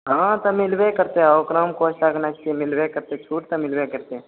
हँ तऽ मिलबे करतै ओकरामे कोइ सक नहि चहिअ मिलबे करतै छूट तऽ मिलबे करतै